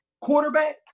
Quarterback